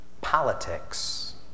Politics